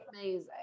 amazing